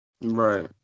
right